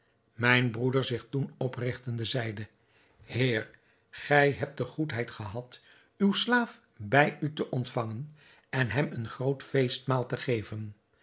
mijn broeder zich toen oprigtende zeide heer gij hebt de goedheid gehad uwen slaaf bij u te ontvangen en hem een groot feestmaal te geven